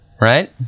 right